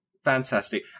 Fantastic